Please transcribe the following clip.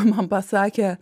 man pasakė